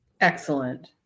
excellent